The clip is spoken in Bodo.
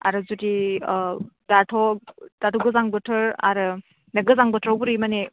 आरो जुदि दाथ' गोजां बोथोर आरो बे गोजां बोथोराव बोरै माने